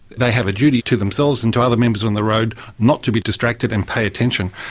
they have a duty to themselves and to other members on the road not to be distracted and pay attention.